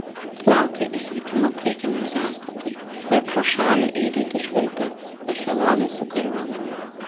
laukė išvykimo prekiniai sąstatai ir pro šalį į rytus švilpė ešelonai su kariuomene